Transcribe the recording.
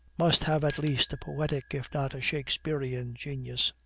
must have at least a poetic if not a shakesperian genius.